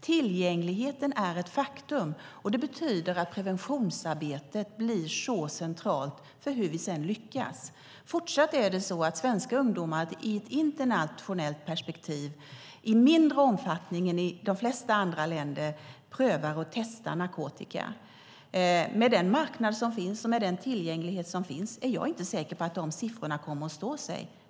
Tillgängligheten är ett faktum, och det betyder att preventionsarbetet blir centralt för hur vi sedan lyckas. I ett internationellt perspektiv prövar och testar fortfarande svenska ungdomar narkotika i mindre omfattning än i de flesta andra länder. Men med den marknad och tillgänglighet som finns är jag inte säker på att dessa siffror kommer att stå sig.